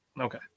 okay